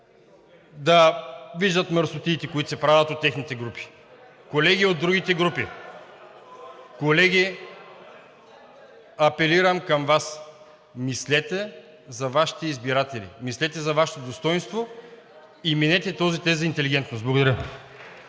да виждат мръсотиите, които се правят от техните групи. Колеги от другите групи, колеги, апелирам към Вас – мислете за Вашите избирателите. Мислете за Вашето достойнство и минете този тест за интелигентност. Благодаря.